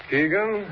Keegan